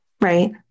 Right